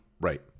right